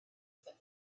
that